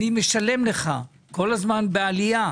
אני משלם לך כל הזמן בעלייה